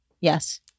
Yes